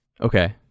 Okay